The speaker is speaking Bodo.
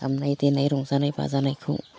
दामनाय देनाय रंजानाय बाजानायखौ